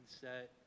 set